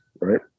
right